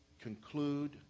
conclude